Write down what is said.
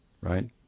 right